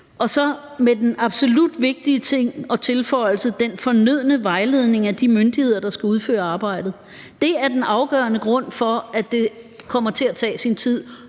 og så med den absolut vigtige tilføjelse: Med den fornødne vejledning af de myndigheder, der skal udføre arbejdet. Det er den afgørende grund til, at det kommer til at tage sin tid.